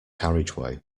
carriageway